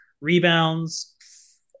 Rebounds